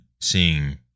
seeing